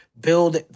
build